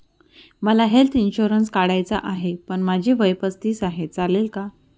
मला health insurance काढायचा आहे पण माझे वय पस्तीस आहे, चालेल का?